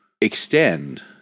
extend